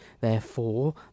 Therefore